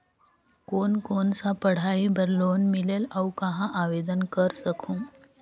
कोन कोन सा पढ़ाई बर लोन मिलेल और कहाँ आवेदन कर सकहुं?